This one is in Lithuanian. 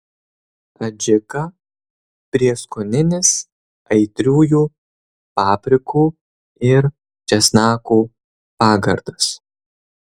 adžika prieskoninis aitriųjų paprikų ir česnakų pagardas